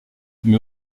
mais